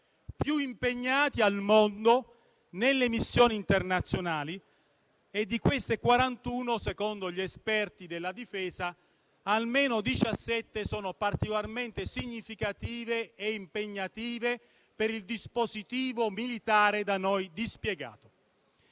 più impegnati al mondo nelle missioni internazionali - e, secondo gli esperti della Difesa, di esse almeno 17 sono particolarmente significative e impegnative per il dispositivo militare da noi dispiegato.